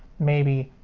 maybe,